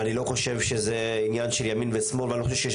אני לא חושב שזה עניין של ימין ושמאל ואני לא חושב שיש